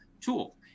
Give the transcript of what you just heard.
tool